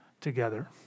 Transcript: together